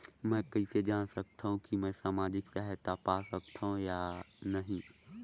मै कइसे जान सकथव कि मैं समाजिक सहायता पा सकथव या नहीं?